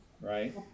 right